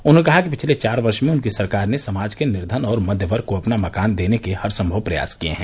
उन्होंने कहा कि पिछले चार वर्ष में उनकी सरकार ने समाज के निर्धन और मध्यवर्ग को अपना मकान देने के हरसंभव प्रयास किए हैं